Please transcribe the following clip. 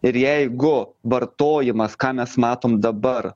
ir jeigu vartojimas ką mes matom dabar